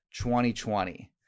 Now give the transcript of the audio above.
2020